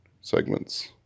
segments